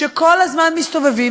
שכל הזמן מסתובבים,